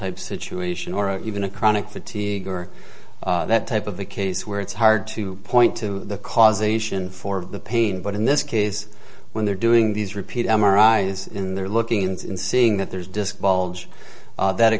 type situation or even a chronic fatigue or that type of a case where it's hard to point to the causation for the pain but in this case when they're doing these repeat m r i is in there looking in seeing that there's disc bulge that